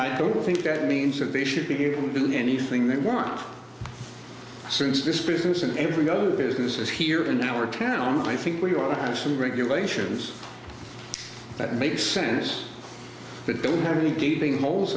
i don't think that means that they should be able been anything they want since this business and every other business is here in our town i think we ought to have some regulations that makes sense but don't have any gaping holes